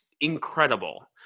incredible